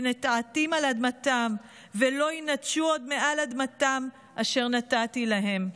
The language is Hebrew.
ונטעתים על אדמתם ולא ינתשו עוד מעל אדמתם אשר נתתי להם".